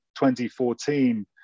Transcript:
2014